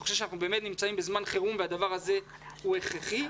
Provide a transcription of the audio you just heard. אני חושב שאנחנו באמת נמצאים זמן חירום והדבר הזה הוא הכרחי.